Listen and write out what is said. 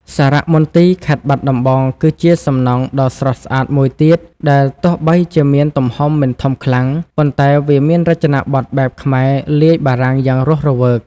សារមន្ទីរខេត្តបាត់ដំបងគឺជាសំណង់ដ៏ស្រស់ស្អាតមួយទៀត ដែលទោះបីជាមានទំហំមិនធំខ្លាំង ប៉ុន្តែវាមានរចនាប័ទ្មបែបខ្មែរលាយបារាំងយ៉ាងរស់រវើក។